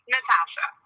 Natasha